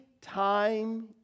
time